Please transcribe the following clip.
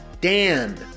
Dan